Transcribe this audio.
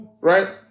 Right